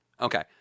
Okay